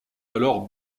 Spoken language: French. alors